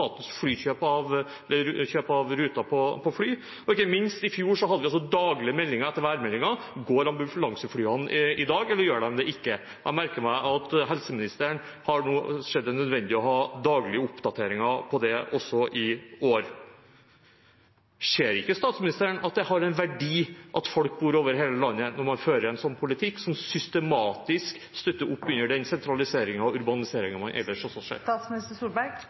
kjøp av flyruter. Og ikke minst hadde vi i fjor daglige meldinger etter værmeldingen: Går ambulanseflyene i dag, eller gjør de det ikke? Jeg merker meg at helseministeren nå har sett det nødvendig å ha daglige oppdateringer på det også i år. Ser ikke statsministeren at det har en verdi at folk bor over hele landet, når man fører en politikk som systematisk støtter opp under den sentraliseringen og urbaniseringen man ellers